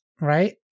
right